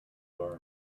learned